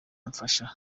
mfasha